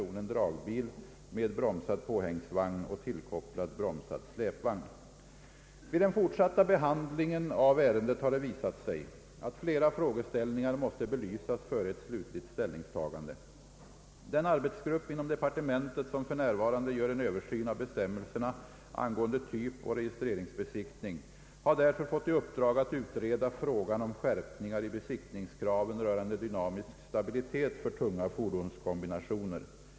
Vid den fortsatta behandlingen av ärendet har det visat sig att flera frågeställningar måste belysas före ett slutligt ställningstagande. Den arbetsgrupp inom departementet som för närvarande gör en översyn av bestämmelserna angående typoch registreringsbesiktning har därför fått i uppdrag att utreda frågan om skärpningar i besiktningskraven rörande dynamisk stabilitet för tunga fordonskombinationer.